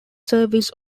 service